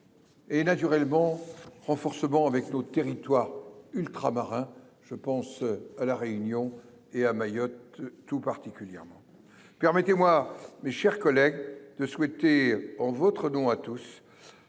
Et naturellement. Renforcement avec nos territoires ultramarins. Je pense à la Réunion et à Mayotte tout particulièrement. Permettez-moi mes chers collègues, de souhaiter en votre nom à tous.